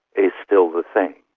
is still the thing.